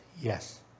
yes